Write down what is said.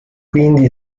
quindi